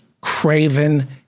craven